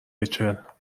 ریچل